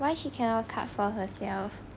why she cannot cut for herself